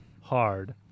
hard